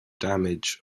damage